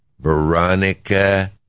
Veronica